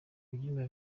ibyumba